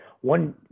one